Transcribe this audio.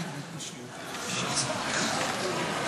אני מצביע על החוק שלך בכאב לב אחרי שקיצצת אותו כל כך.